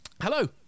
hello